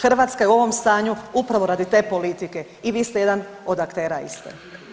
Hrvatska je u ovom stanju upravo radi te politike i vi ste jedan od aktera iste.